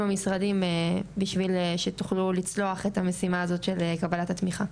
המשרדים בשביל שתוכלו לצלוח את המשימה הזו של קבלת התמיכה.